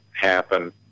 happen